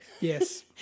Yes